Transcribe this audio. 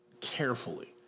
carefully